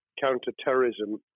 counter-terrorism